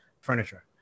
furniture